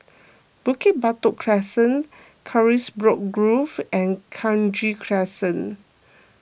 Bukit Batok Crescent Carisbrooke Grove and Kranji Crescent